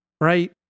right